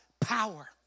power